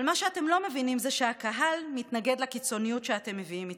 אבל מה שאתם לא מבינים זה שהקהל מתנגד לקיצוניות שאתם מביאים איתכם.